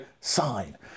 sign